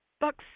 books